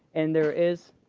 and there is.